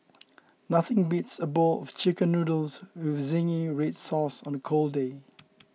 nothing beats a bowl of Chicken Noodles with Zingy Red Sauce on a cold day